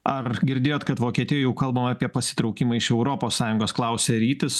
ar girdėjot kad vokietijoj jau kalbama apie pasitraukimą iš europos sąjungos klausia rytis